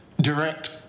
direct